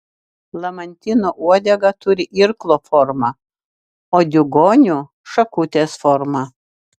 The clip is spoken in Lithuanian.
lamantino uodega turi irklo formą o diugonių šakutės formą